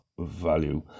value